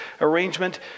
arrangement